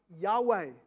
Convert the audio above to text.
Yahweh